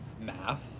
math